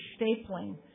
stapling